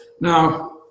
Now